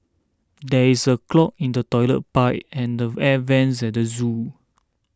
there is a clog in the Toilet Pipe and the Air Vents at the zoo